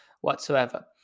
whatsoever